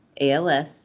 ALS